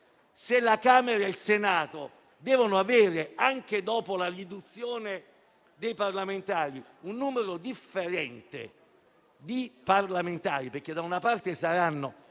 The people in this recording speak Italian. Se la Camera e il Senato devono avere, anche dopo la riduzione dei parlamentari, un numero differente di componenti (perché da una parte saranno